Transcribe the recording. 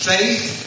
Faith